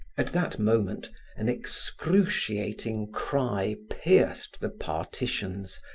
at that moment an excruciating cry pierced the partitions,